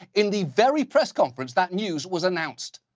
in the very press conference that news was announced.